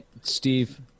Steve